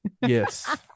yes